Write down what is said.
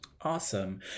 Awesome